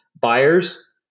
buyers